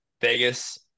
Vegas